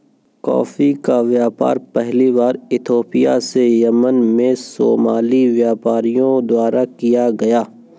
coffee का व्यापार पहली बार इथोपिया से यमन में सोमाली व्यापारियों द्वारा किया गया